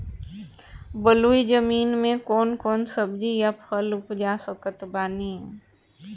बलुई जमीन मे कौन कौन सब्जी या फल उपजा सकत बानी?